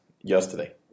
yesterday